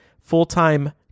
full-time